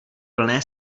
plné